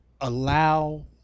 Allow